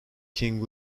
king